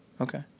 Okay